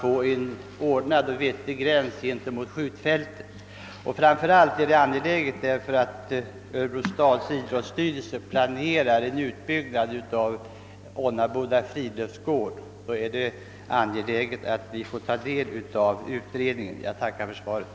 Vi vill ha en vettig gräns ordnad mot skjutfältet — detta är angeläget framför allt därför att Örebro stads idrottsstyrelse planerar en utbyggnad av Ånnaboda friluftsgård. Vi är alltså mycket intresserade av att få ta del av utredningens förslag.